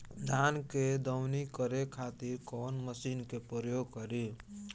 धान के दवनी करे खातिर कवन मशीन के प्रयोग करी?